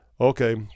Okay